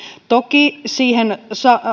toki siihen